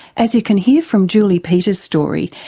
as you can hear from julie peters' story,